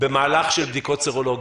במהלך של בדיקות סרולוגיות.